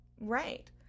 right